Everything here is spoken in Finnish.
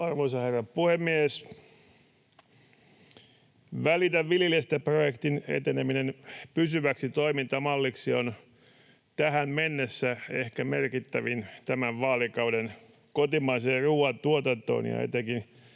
Arvoisa herra puhemies! Välitä viljelijästä ‑projektin eteneminen pysyväksi toimintamalliksi on tähän mennessä ehkä merkittävin tämän vaalikauden kotimaiseen ruuantuotantoon ja etenkin